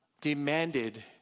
demanded